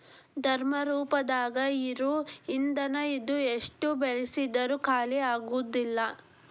ದ್ರವ ರೂಪದಾಗ ಇರು ಇಂದನ ಇದು ಎಷ್ಟ ಬಳಸಿದ್ರು ಖಾಲಿಆಗುದಿಲ್ಲಾ